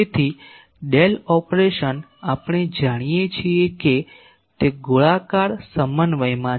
તેથી del operation આપણે જાણીએ છીએ કે તે ગોળાકાર સમન્વયમાં છે